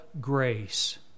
grace